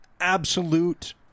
absolute